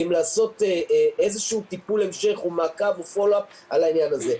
אם לעשות איזשהו טיפול המשך או מעקב או פולו-אפ על העניין הזה.